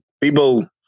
people